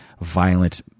violent